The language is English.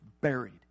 buried